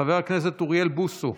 חבר הכנסת אוריאל בוסו,